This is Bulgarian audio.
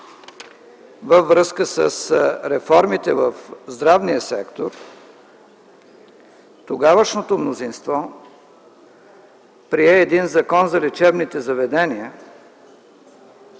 във връзка с реформите в здравния сектор тогавашното мнозинство прие Закон за лечебните заведения,